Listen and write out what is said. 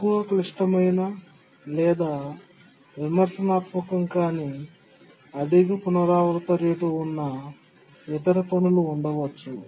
తక్కువ క్లిష్టమైన లేదా విమర్శనాత్మకం కాని అధిక పునరావృత రేటు ఉన్న ఇతర పనులు ఉండవచ్చు